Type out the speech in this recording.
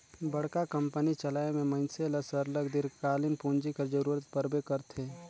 बड़का कंपनी चलाए में मइनसे ल सरलग दीर्घकालीन पूंजी कर जरूरत परबे करथे